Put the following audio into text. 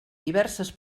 diverses